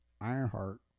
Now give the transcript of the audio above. Ironheart